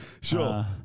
sure